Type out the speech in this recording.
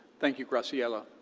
thank you, graciela.